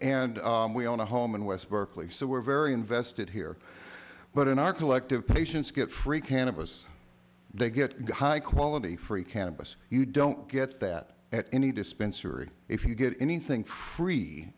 and we own a home in west berkeley so we're very invested here but in our collective patients get free cannabis they get high quality free cannabis you don't get that at any dispensary if you get anything free